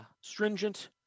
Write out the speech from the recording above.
stringent